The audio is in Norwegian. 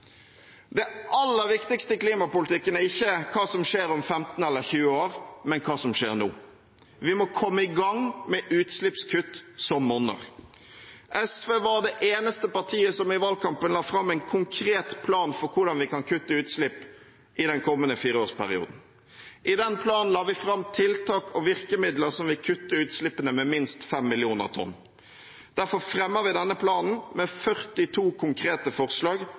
Det aller viktigste i klimapolitikken er ikke hva som skjer om 15 eller 20 år, men hva som skjer nå. Vi må komme i gang med utslippskutt som monner. SV var det eneste partiet som i valgkampen la fram en konkret plan for hvordan vi kan kutte utslipp i den kommende fireårsperioden. I den planen la vi fram tiltak og virkemidler som vil kutte utslippene med minst 5 millioner tonn. Derfor fremmer vi denne planen med 42 konkrete forslag